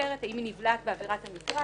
מתייתרת או האם היא נבלעת בעבירת המטרד.